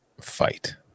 Fight